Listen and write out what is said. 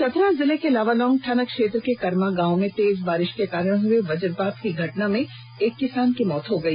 चतरा जिले के लावालौंग थाना क्षेत्र के करमा गांव में तेज बारिश के साथ हुए बजपात की घटना में एक किसान की मौत हो गई